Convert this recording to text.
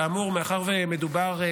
כאמור, מאחר שמדובר,